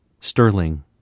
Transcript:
Sterling